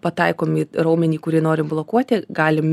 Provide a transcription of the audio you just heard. pataikom į raumenį kurį nori blokuoti galim